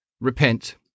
repent